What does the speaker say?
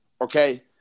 Okay